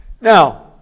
Now